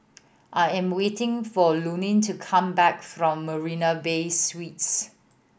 I am waiting for Lurline to come back from Marina Bay Suites